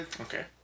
okay